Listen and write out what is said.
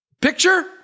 Picture